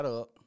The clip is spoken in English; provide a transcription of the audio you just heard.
up